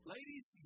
Ladies